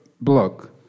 Block